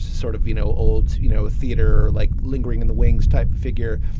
sort of, you know, old, you know, theatre like lingering in the wings type figure.